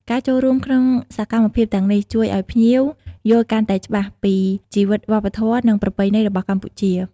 ការចូលរួមក្នុងសកម្មភាពទាំងនេះ ជួយឲ្យភ្ញៀវយល់កាន់តែច្បាស់ពីជីវិតវប្បធម៌ និងប្រពៃណីរបស់កម្ពុជា។